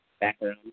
background